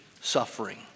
suffering